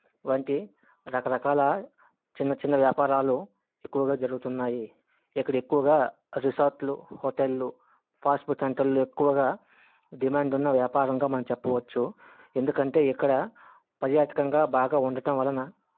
వంటి రకరకాల చిన్న చిన్న వ్యాపారాలు ఎక్కువగా జరుగుతున్నాయి ఇక్కడ ఎక్కువగా రిసార్ట్లు హోటళ్ళు ఫాస్ట్ ఫుడ్ సెంటరులు ఎక్కువగా డిమాండ్ ఉన్న వ్యాపారంగా మనం చెప్పవచ్చు ఎందుకంటే ఇక్కడ పర్యాటకంగా బాగా ఉండటం వలన